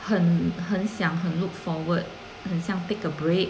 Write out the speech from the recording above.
很很想很 look forward 很想 take a break